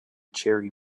cherry